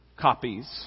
copies